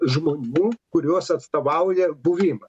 žmobų kuriuos atstovauja buvimą